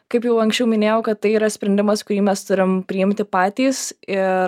kaip jau anksčiau minėjau kad tai yra sprendimas kurį mes turime priimti patys ir